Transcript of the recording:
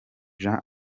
jean